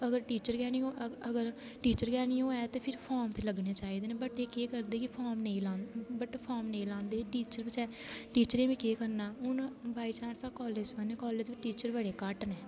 अगर टीचर गै नेईं अगर टीचर गै नेईं होऐ ते फिर फार्म ते लग्गने चाहिदे न बट एह् केह् करदे कि फार्म नेई लांदे बट फार्म नेई लांदे टीचर बचैरे टीचरें बी केह् करना हून बाइॅचांस कालेज जन्ने कालेज बी टीचर बडे़ घट्ट ना